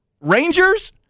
Rangers